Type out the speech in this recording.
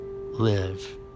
live